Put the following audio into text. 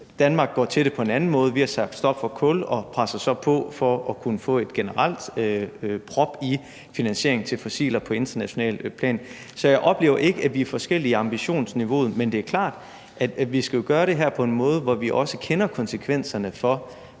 Danmark går til det på en anden måde. Vi har sagt stop for kul og presser så på for at kunne få sat en generel prop i finansieringen til at bruge fossile brændsler på internationalt plan. Så jeg oplever ikke, at vi er forskellige, hvad angår ambitionsniveauet, men det er klart, at vi skal gøre det her på en måde, hvor vi også kender konsekvenserne for